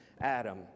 Adam